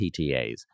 PTAs